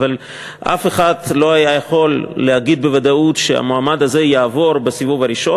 אבל אף אחד לא היה יכול להגיד בוודאות שהמועמד הזה יעבור בסיבוב הראשון.